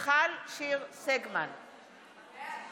חרגה מהזמן דקה